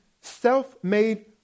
self-made